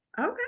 okay